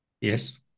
Yes